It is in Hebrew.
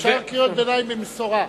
אפשר קריאות ביניים במשורה.